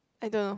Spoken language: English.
I don't know